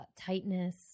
tightness